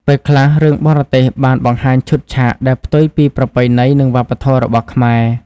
ពេលខ្លះ រឿងបរទេសបានបង្ហាញឈុតឆាកដែលផ្ទុយពីប្រពៃណីនិងវប្បធម៌របស់ខ្មែរ។